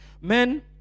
men